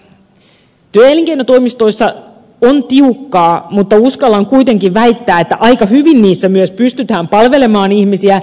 työ ja elinkeinotoimistoissa on tiukkaa mutta uskallan kuitenkin väittää että aika hyvin niissä myös pystytään palvelemaan ihmisiä